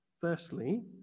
firstly